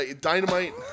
Dynamite